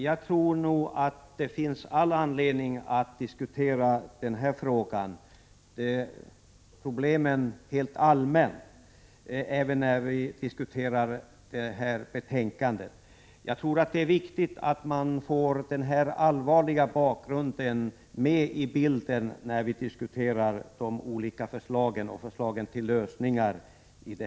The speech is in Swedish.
Jag tror nog att det finns all anledning att diskutera denna fråga och dessa problem helt allmänt i samband med att vi diskuterar trafikutskottets betänkande. Vidare tror jag att det är viktigt att den allvarsamma bakgrunden i detta sammanhang kommer med i bilden när vi diskuterar de olika förslagen till lösningar.